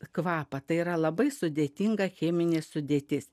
kvapą tai yra labai sudėtinga cheminė sudėtis